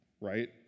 right